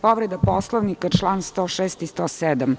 Povreda Poslovnika član 106. i 107.